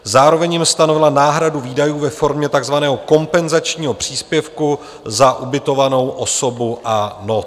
Zároveň jim stanovila náhradu výdajů ve formě takzvaného kompenzačního příspěvku za ubytovanou osobu a noc.